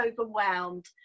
overwhelmed